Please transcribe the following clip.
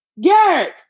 Garrett